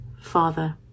Father